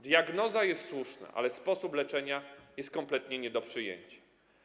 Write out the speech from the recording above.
Diagnoza jest słuszna, ale sposób leczenia jest kompletnie nie do przyjęcia.